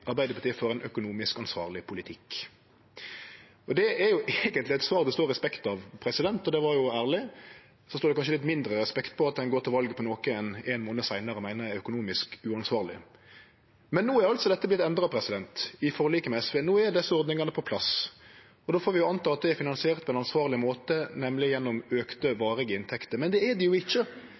Arbeidarpartiet fører ein ansvarleg økonomisk politikk. Det er eigentleg eit svar det står respekt av, og det var ærleg. Så står det kanskje litt mindre respekt av at ein går til val på noko ein ein månad seinare meiner er økonomisk uansvarleg. Men no har dette vorte endra i forliket med SV. No er desse ordningane på plass, og då får vi tru at det er finansiert på ein ansvarleg måte, nemleg gjennom auka varige inntekter, men det er det jo ikkje.